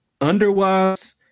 Underwise